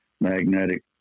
magnetic